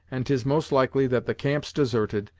and tis most likely that the camp's deserted,